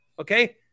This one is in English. Okay